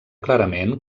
clarament